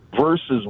versus